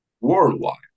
worldwide